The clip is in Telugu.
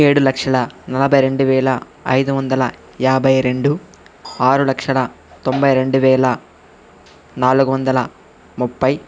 ఏడు లక్షల నలభై రెండు వేల ఐదు వందల యాభైరెండు ఆరు లక్షల తొంభై రెండు వేల నాలుగు వందల ముప్పై